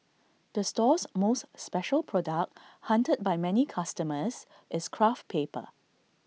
the store's most special product hunted by many customers is craft paper